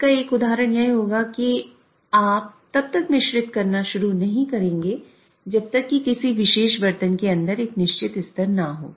इसका एक उदाहरण यह होगा कि आप तब तक मिश्रित करना शुरू नहीं करेंगे जब तक कि किसी विशेष बर्तन के अंदर एक निश्चित स्तर न हो